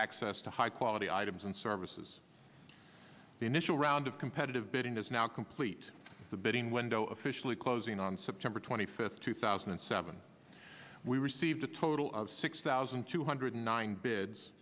access to high quality items and services the initial round of competitive bidding is now complete the bidding window officially closing on september twenty fifth two thousand and seven we received a total of six thousand two hundred nine bids